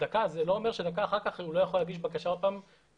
זה לא אומר שדקה אחר כך הוא לא יכול להגיש עוד פעם בקשה